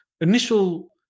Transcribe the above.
initial